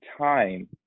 time